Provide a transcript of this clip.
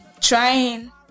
trying